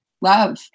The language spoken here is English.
love